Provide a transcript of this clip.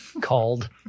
called